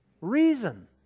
reason